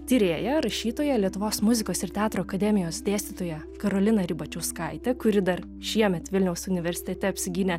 tyrėja rašytoja lietuvos muzikos ir teatro akademijos dėstytoja karoliną ribačiauskaitę kuri dar šiemet vilniaus universitete apsigynė